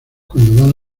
cuando